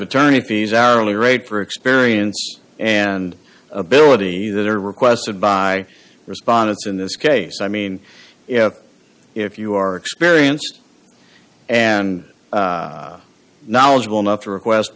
attorney fees hourly rate for experience and ability that are requested by respondents in this case i mean if if you are experienced and knowledgeable enough to request